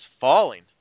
falling